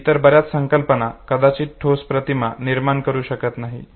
इतर बर्याच संकल्पना कदाचित ठोस प्रतिमा निर्माण करू शकत नाहीत